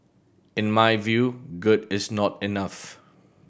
in my view good is not enough